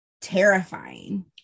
terrifying